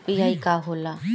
UPI का होला?